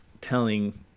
telling